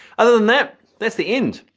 other than that, that's the end.